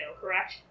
correct